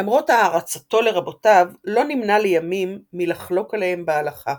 למרות הערצתו לרבותיו לא נמנע לימים מלחלוק עליהם בהלכה.